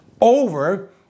over